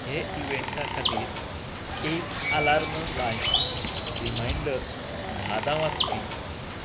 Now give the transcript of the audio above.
हे इव्हॅन्टा खातीर एक आलार्म लाय रिमायंडर धादां वाजपी